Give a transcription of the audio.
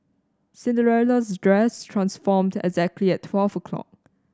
Cinderella's dress transformed exactly at twelve o' clock